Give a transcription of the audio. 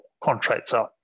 contractor